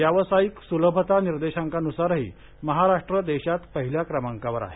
व्यावसायिक सुलभता निर्देशांकानुसारही महाराष्टू देशात पहिल्या क्रमांकावर आहे